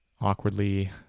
awkwardly